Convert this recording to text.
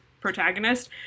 protagonist